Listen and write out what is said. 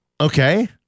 Okay